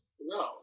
No